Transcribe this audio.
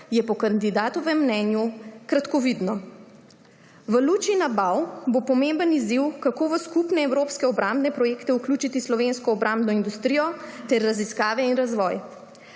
je po kandidatovem mnenju kratkovidno. V luči nabav bo pomemben izziv, kako v skupne evropske obrambne projekte vključiti slovensko obrambno industrijo ter raziskave in razvoj.